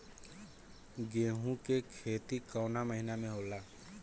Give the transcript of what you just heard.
गेहूँ के खेती कवना महीना में होला?